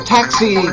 Taxi